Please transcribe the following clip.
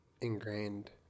ingrained